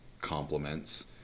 compliments